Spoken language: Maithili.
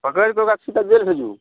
पकैड़ कऽ ओकरा सीधा जेल भेजू